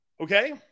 Okay